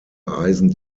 eisen